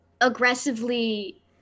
aggressively